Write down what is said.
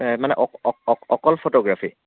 নাই মানে অকল ফটোগ্ৰাফী